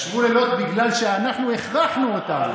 ישבו לילות בגלל שאנחנו הכרחנו אותם.